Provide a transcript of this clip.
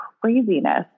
craziness